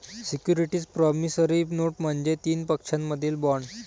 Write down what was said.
securities promissory note म्हणजे तीन पक्षांमधील बॉण्ड